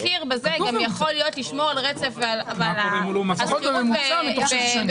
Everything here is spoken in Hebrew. לגבי הכנסה שחלות לגביה הוראות סעיף 126 לפקודה,